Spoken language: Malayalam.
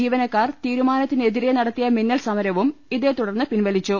ജീവനക്കാർ തീരുമാനത്തിനെതിരെ നടത്തിയ മിന്നൽ സമരവും ഇതേ തുടർന്ന് പിൻവലിച്ചു